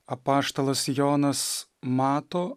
apaštalas jonas mato